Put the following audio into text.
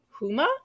Huma